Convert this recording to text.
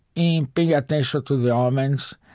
in paying attention to the um omens,